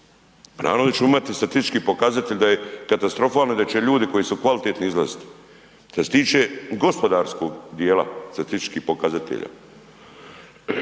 da ćemo imati statistički pokazatelj da je katastrofalno i da će ljudi koji su kvalitetni izlaziti. Što se tiče gospodarskog dijela statističkih pokazatelja.